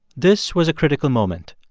this was a critical moment.